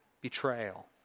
betrayal